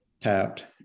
tapped